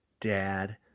dad